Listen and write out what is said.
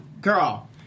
girl